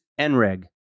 NREG